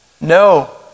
no